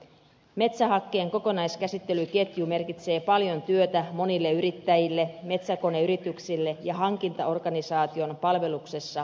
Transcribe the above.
metsähakkeen kokonaiskäsittelyketju merkitsee paljon työtä monille yrittäjille metsäkoneyrityksille ja hankintaorganisaation palveluksessa oleville